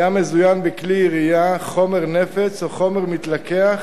היה מזוין בכלי ירייה, חומר נפץ או חומר מתלקח,